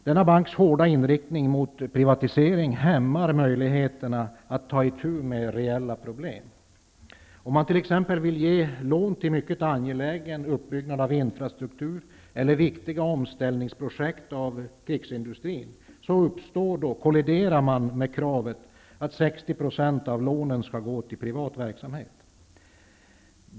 Denna banks hårda inriktning mot privatisering hämmar möjligheterna att ta itu med reella problem. Om man t.ex. vill ge lån till uppbyggnad av mycket angelägen infrastruktur och viktiga projekt för omställning av krigsindustri, kolliderar det med kravet att 60 % av lånen skall gå till privat verksamhet.